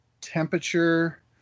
temperature